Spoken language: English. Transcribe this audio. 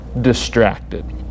distracted